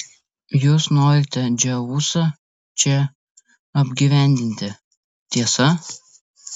jūs norite dzeusą čia apgyvendinti tiesa